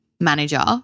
manager